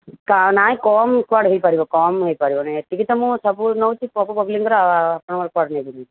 ନାଇଁ କମ୍ କୁଆଡ଼ୁ ହୋଇପାରିବ କମ୍ ହୋଇପାରିବନି ଏତିକି ତ ମୁଁ ସବୁ ନେଉଛି ସବୁ ପବ୍ଲିକଙ୍କର ଆଉ ଆପଣଙ୍କର କୁଆଡ଼ୁ ନେବିନି